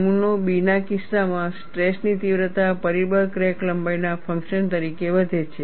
નમૂનો B ના કિસ્સામાં સ્ટ્રેસ ની તીવ્રતા પરિબળ ક્રેક લંબાઈના ફંક્શન તરીકે વધે છે